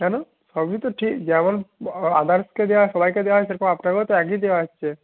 কেন সবই তো ঠিক যেমন আদার্সকে দেওয়া সবাইকে দেওয়া হয় সেরকম আপনাকেও তো একই দেওয়া হচ্ছে